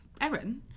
Erin